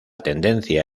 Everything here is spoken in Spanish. tendencia